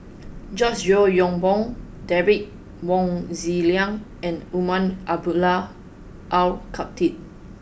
George Yeo Yong Boon Derek Wong Zi Liang and Umar Abdullah Al Khatib